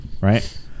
Right